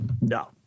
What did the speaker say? no